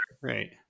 Right